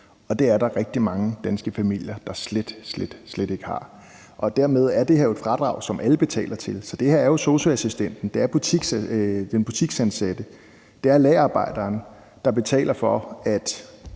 og det er der rigtig mange danske familier der slet, slet ikke har. Og dermed er det her jo et fradrag, som alle betaler til. Så det her er jo sosu-assistenten, det er den butiksansatte, det er lagerarbejderen, der betaler for en